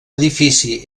edifici